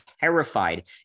terrified